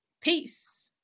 Peace